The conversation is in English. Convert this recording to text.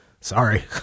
sorry